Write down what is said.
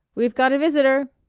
we've got a visitor!